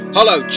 Hello